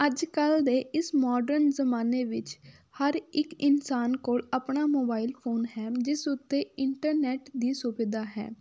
ਅੱਜ ਕੱਲ੍ਹ ਦੇ ਇਸ ਮੋਡਰਨ ਜ਼ਮਾਨੇ ਵਿੱਚ ਹਰ ਇੱਕ ਇਨਸਾਨ ਕੋਲ ਆਪਣਾ ਮੋਬਾਈਲ ਫ਼ੋਨ ਹੈ ਜਿਸ ਉੱਤੇ ਇੰਟਰਨੈੱਟ ਦੀ ਸੁਵਿਧਾ ਹੈ